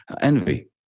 envy